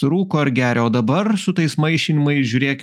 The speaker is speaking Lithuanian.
rūko ar geria o dabar su tais maišymais žiūrėk